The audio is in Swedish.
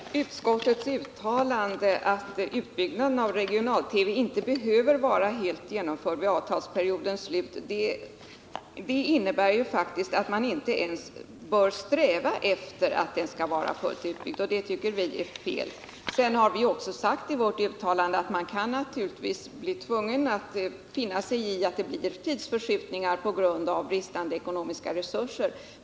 Herr talman! Utskottets uttalande att utbyggnaden av regional-TV inte behöver vara helt genomförd vid avtalsperiodens slut innebär ju faktiskt att man inte ens bör sträva efter att den skall vara fullt utbyggd, och det tycker vi är fel. Vi har vidare i vårt särskilda yttrande uttalat, att man naturligtvis kan få finna sig i att det uppstår tidsförskjutningar på grund av bristande ekonomiska resurser.